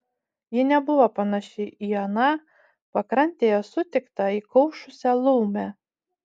ji nebuvo panaši į aną pakrantėje sutiktą įkaušusią laumę